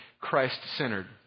Christ-centered